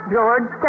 George